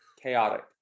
chaotic